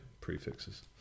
prefixes